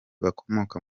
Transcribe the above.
bakomoka